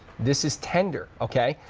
this is tender, okay?